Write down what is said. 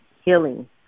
healing